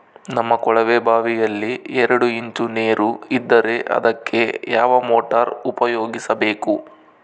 ನಮ್ಮ ಕೊಳವೆಬಾವಿಯಲ್ಲಿ ಎರಡು ಇಂಚು ನೇರು ಇದ್ದರೆ ಅದಕ್ಕೆ ಯಾವ ಮೋಟಾರ್ ಉಪಯೋಗಿಸಬೇಕು?